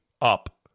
Up